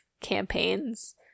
campaigns